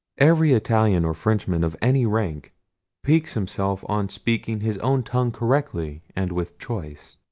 every italian or frenchman of any rank piques himself on speaking his own tongue correctly and with choice.